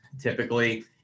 Typically